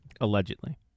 Allegedly